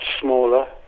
smaller